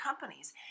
companies